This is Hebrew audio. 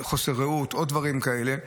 חוסר ראות ודברים כאלה,